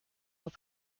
were